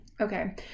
Okay